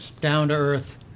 down-to-earth